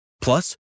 Plus